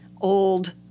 old